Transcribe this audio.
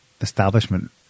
establishment